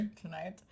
tonight